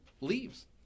leaves